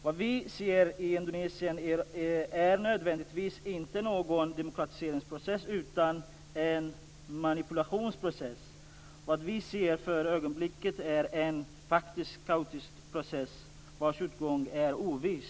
Vad vi ser i Indonesien är nödvändigtvis inte någon demokratiseringsprocess utan en manipulationsprocess. Vad vi ser för ögonblicket är faktiskt en kaotisk process vars utgång tyvärr är oviss.